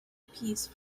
piece